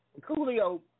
Coolio